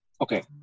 okay